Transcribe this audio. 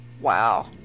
Wow